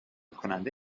کننده